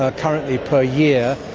ah currently per year.